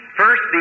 first